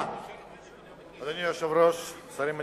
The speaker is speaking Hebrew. אדוני היושב-ראש, השרים הנכבדים,